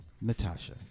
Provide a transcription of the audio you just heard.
Natasha